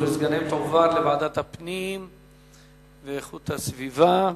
וסגניהם תועברנה לוועדת הפנים ואיכות הסביבה.